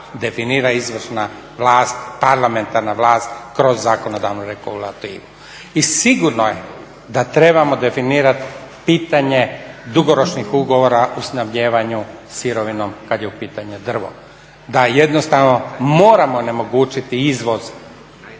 definira izvršna vlast, parlamentarna vlast kroz zakonodavnu regulativu. I sigurno je da trebamo definirat pitanje dugoročnih ugovora u snabdijevanju sirovinom kad je u pitanju drvo, da jednostavno moramo onemogućiti izvoz ne